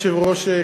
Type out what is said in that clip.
אדוני היושב-ראש,